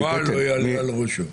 "מורה לא יעלה על ראשו".